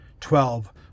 Twelve